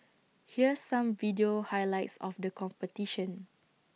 here's some video highlights of the competition